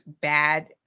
bad